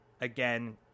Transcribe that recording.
again